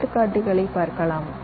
எடுத்துக்காட்டுகளைப் பார்க்கலாம்